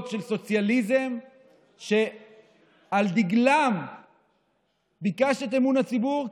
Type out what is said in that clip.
של סוציאליזם שעל דגלם ביקשת את אמון הציבור,